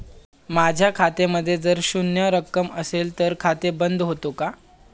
माझ्या खात्यामध्ये जर शून्य रक्कम असेल तर खाते बंद होते का?